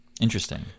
interesting